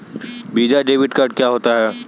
Visa debit card क्या होता है?